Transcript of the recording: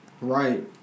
Right